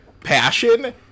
passion